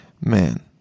man